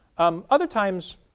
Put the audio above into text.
um other times,